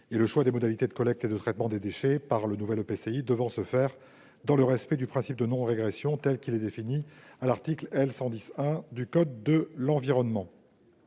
que le choix des modalités de collecte et de traitement des déchets par le nouvel EPCI soit fait dans le respect du principe de non-régression, tel que défini à l'article L. 110-1 du code l'environnement.